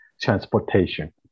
transportation